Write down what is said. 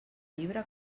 llibre